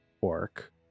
orc